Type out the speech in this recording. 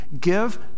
give